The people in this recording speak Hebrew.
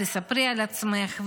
תספרי על עצמך.